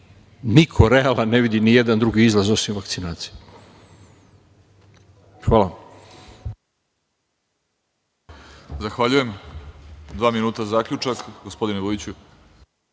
niko realan ne vidi nijedan drugi izlaz osim vakcinacije.